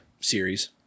series